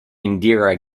indira